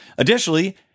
Additionally